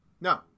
No